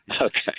Okay